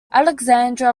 alexandra